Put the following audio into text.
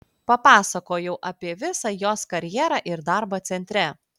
papasakojau apie visą jos karjerą ir darbą centre